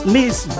Miss